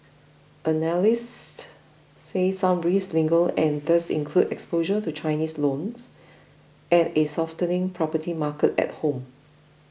analysts say some risks linger and these include exposure to Chinese loans and a softening property market at home